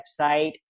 website